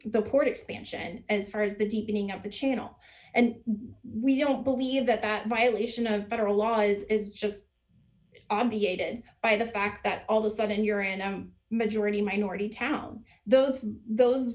the port expansion as far as the deepening of the channel and we don't believe that that violation of federal laws is just obviated by the fact that all the sudden you're and majority minority town those those